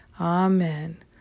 Amen